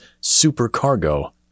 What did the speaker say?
supercargo